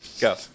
Go